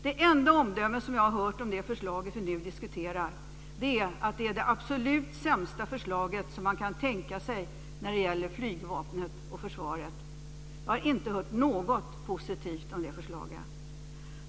Det enda omdöme som jag har hört om det förslag vi nu diskuterar är att det är det absolut sämsta förslaget som man kan tänka sig när det gäller flygvapnet och försvaret. Jag har inte hört något positivt om det.